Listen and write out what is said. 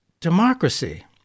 Democracy